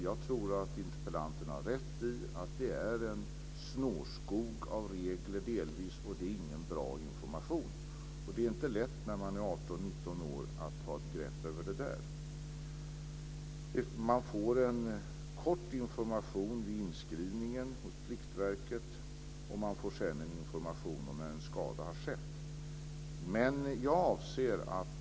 Jag tror att interpellanten har rätt i att det delvis är en snårskog av regler och att det inte är någon bra information. Det är inte lätt att ha ett grepp över det när man är 18 eller 19 år. Man får en kort information vid inskrivningen hos Pliktverket, och man får sedan en information när en skada har skett.